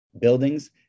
buildings